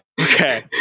okay